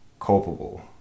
culpable